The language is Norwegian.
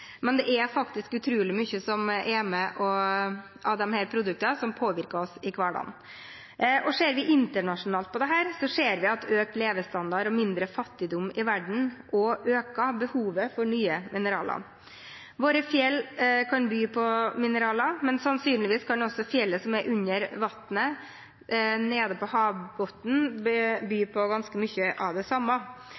Det er utrolig mange av disse produktene som påvirker oss i hverdagen. Ser vi internasjonalt på dette, ser vi at økt levestandard og mindre fattigdom i verden også øker behovet for nye mineraler. Våre fjell kan by på mineraler, men sannsynligvis kan også fjell som er under vann, nede på havbunnen, by